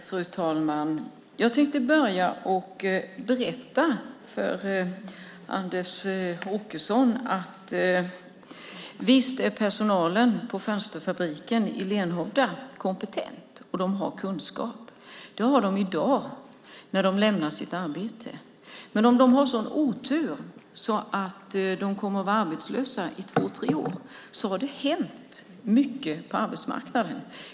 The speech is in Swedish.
Fru talman! Visst är personalen på fönsterfabriken i Lenhovda kompetent, Anders Åkesson. De har kunskap i dag när de lämnar sitt arbete. Men om de har otur och blir arbetslösa i två tre år kommer det att ha hänt mycket på arbetsmarknaden.